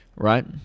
right